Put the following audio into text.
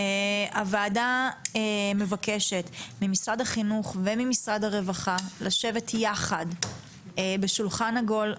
הוועדה מבקשת ממשרד החינוך וממשרד הרווחה לשבת יחד בשולחן עגול,